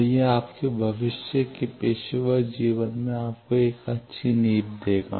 तो यह आपके भविष्य के पेशेवर जीवन में आपको एक अच्छी नींव देगा